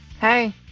Hey